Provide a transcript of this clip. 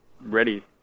ready